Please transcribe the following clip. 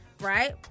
Right